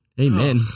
Amen